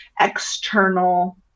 external